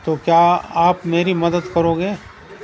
تو کیا آپ میری مدد کرو گے